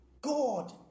God